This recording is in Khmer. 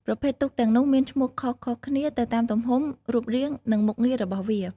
ប្រភេទទូកទាំងនោះមានឈ្មោះខុសៗគ្នាទៅតាមទំហំ រូបរាង និងមុខងាររបស់វា។